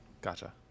gotcha